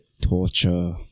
torture